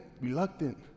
reluctant